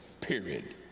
period